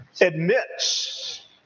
admits